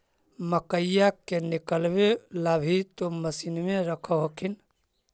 मकईया के निकलबे ला भी तो मसिनबे रख हखिन?